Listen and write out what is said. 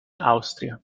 austria